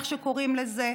איך שקוראים לזה,